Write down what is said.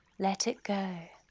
let it go,